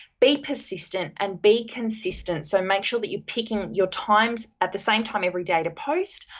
be persistent and be consistent, so, make sure that you're picking your times at the same time every day to post,